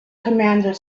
commander